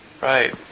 Right